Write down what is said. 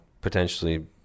potentially